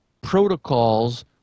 protocols